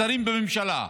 משרים בממשלה,